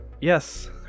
Yes